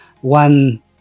One